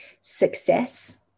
success